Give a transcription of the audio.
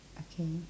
okay